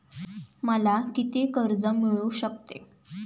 मला किती कर्ज मिळू शकते?